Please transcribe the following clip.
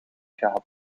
gehad